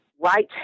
right